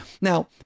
Now